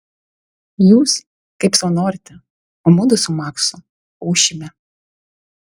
jūs kaip sau norite o mudu su maksu ūšime